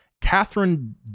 Catherine